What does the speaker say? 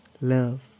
love